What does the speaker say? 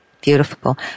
Beautiful